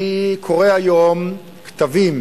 אני קורא היום כתבים,